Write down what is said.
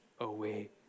away